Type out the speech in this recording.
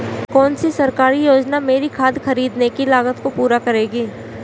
कौन सी सरकारी योजना मेरी खाद खरीदने की लागत को पूरा करेगी?